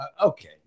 Okay